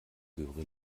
göre